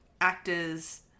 actors